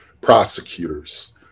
prosecutors